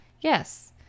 Yes